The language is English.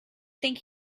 think